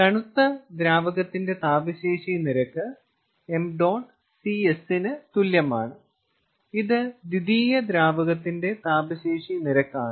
തണുത്ത ദ്രാവകത്തിന്റെ താപശേഷി നിരക്ക് 𝑚̇Cs ന് തുല്യമാണ് ഇത് ദ്വിതീയ ദ്രാവകത്തിന്റെ താപശേഷി നിരക്കാണ്